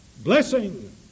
Blessing